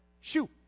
shoo